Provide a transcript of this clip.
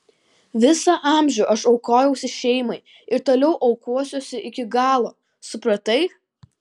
visą amžių aš aukojausi šeimai ir toliau aukosiuosi iki galo supratai